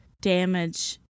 damage